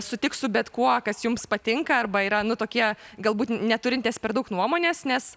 sutiks su bet kuo kas jums patinka arba yra nu tokie galbūt neturintys per daug nuomonės nes